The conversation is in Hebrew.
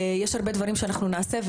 יש הרבה דברים שאנחנו נעשה,